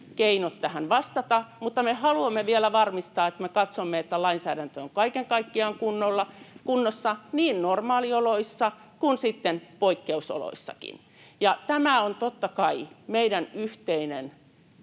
tähän vastata, mutta me haluamme vielä varmistaa sen niin, että me katsomme, että lainsäädäntö on kaiken kaikkiaan kunnossa niin normaalioloissa kuin sitten poikkeusoloissakin. Ja tämä on totta kai meidän yhteinen